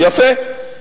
יפה.